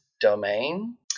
domain